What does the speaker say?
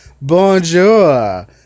bonjour